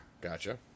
Gotcha